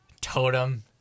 totem